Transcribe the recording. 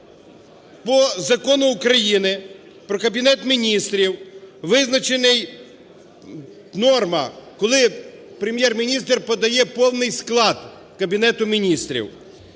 по Закону України "Про Кабінет Міністрів" визначена норма, коли Прем'єр-міністр подає повний склад Кабінету Міністрів.